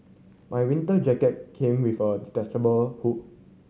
my winter jacket came with a detachable hood